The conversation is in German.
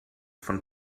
von